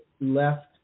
left